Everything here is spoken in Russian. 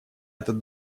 этот